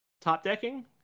topdecking